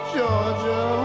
Georgia